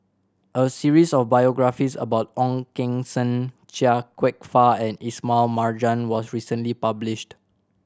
a series of biographies about Ong Keng Sen Chia Kwek Fah and Ismail Marjan was recently published